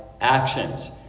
actions